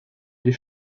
les